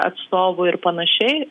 atstovų ir panašiai